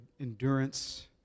endurance